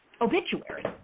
obituary